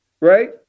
right